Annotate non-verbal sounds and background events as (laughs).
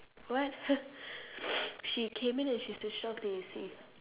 what (laughs) she came in and she switched off the A_C